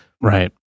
Right